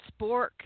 Spork